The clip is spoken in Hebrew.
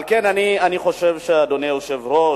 על כן אני חושב, אדוני היושב-ראש,